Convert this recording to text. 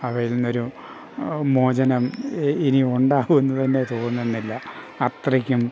അവയിൽ നിന്ന് ഒരു മോചനം ഇനിയും ഉണ്ടാവുമെന്ന് തന്നെ തോന്നുന്നില്ല അത്രയ്ക്കും